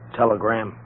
telegram